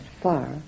far